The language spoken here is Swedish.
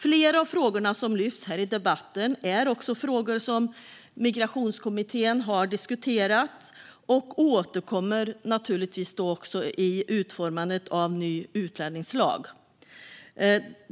Flera av de frågor som lyfts upp här i debatten är frågor som Migrationskommittén har diskuterat och som återkommer i utformandet av ny utlänningslag.